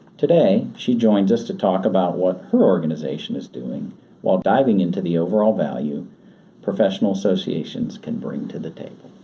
today she joins us to talk about what her organization is doing while diving into the overall value professional associations can bring to the table.